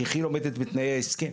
שכיל עומדת בתנאי ההסכם,